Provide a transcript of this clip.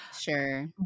Sure